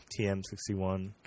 TM61